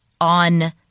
on